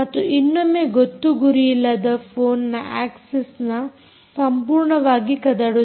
ಮತ್ತು ಇನ್ನೊಮ್ಮೆ ಗೊತ್ತು ಗುರಿಯಿಲ್ಲದ ಫೋನ್ನ ಆಕ್ಸಿಸ್ ಸಂಪೂರ್ಣವಾಗಿ ಕದಡುತ್ತದೆ